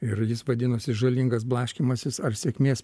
ir jis vadinosi žalingas blaškymasis ar sėkmės